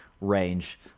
range